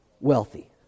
wealthy